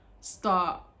start